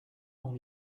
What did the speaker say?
dont